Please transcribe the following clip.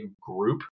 group